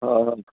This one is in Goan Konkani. हां